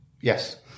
Yes